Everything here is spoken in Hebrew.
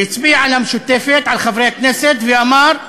והצביע על המשותפת, על חברי הכנסת, ואמר,